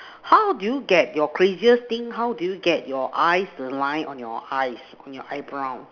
how do you get your craziest thing how do you get your eyes align on your eyes on your eye brow